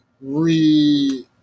re